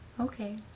Okay